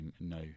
no